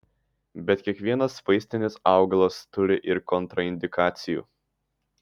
bet kiekvienas vaistinis augalas turi ir kontraindikacijų